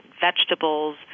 vegetables